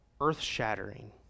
earth-shattering